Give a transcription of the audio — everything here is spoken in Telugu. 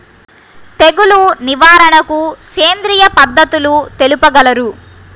తెగులు నివారణకు సేంద్రియ పద్ధతులు తెలుపగలరు?